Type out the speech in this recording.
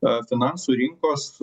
a finansų rinkos